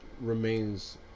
remains